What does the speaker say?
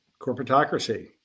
Corporatocracy